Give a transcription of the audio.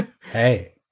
Hey